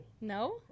No